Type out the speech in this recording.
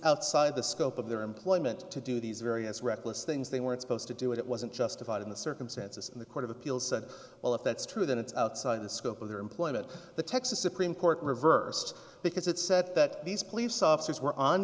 outside the scope of their employment to do these various reckless things they weren't supposed to do it wasn't justified in the circumstances and the court of appeals said well if that's true then it's outside the scope of their employment the texas supreme court reversed because it said that these police